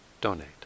donate